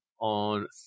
On